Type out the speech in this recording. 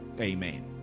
Amen